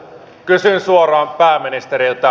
kysyn suoraan pääministeriltä